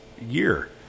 year